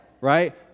right